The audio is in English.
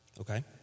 okay